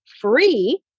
free